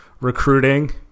recruiting